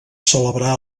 celebrà